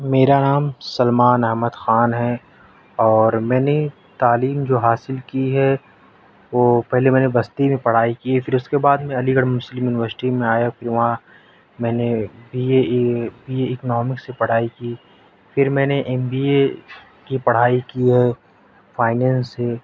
میرا نام سلمان احمد خان ہے اور میں نے تعلیم جو حاصل کی ہے وہ پہلے میں نے بستی میں پڑھائی کی پھر اُس کے بعد میں علی گڑھ مسلم یونیورسٹی میں آیا پھر وہاں میں نے B A B A economics سے پڑھائی کی پھر میں نے ایم بی اے کی پڑھائی کی ہے فائنینس سے